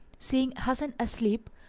seeing hasan asleep,